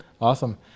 awesome